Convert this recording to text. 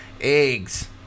eggs